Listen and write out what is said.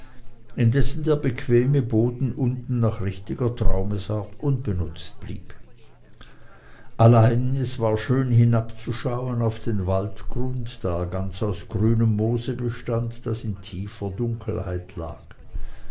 der bequeme boden unten nach richtiger traumesart unbenutzt blieb aber es war schön hin abzuschauen auf den waldgrund da er ganz aus grünem moose bestand das in tiefer dunkelheit lag